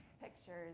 pictures